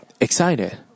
excited